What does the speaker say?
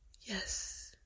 Yes